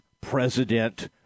president